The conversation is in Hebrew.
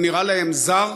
הוא נראה להם זר,